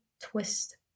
twist